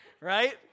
right